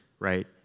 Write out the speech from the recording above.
right